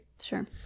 Sure